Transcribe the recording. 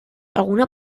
alguna